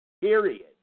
Period